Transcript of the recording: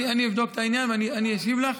אני אבדוק את העניין ואשיב לך,